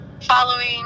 following